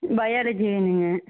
biology வேணுங்க